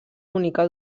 única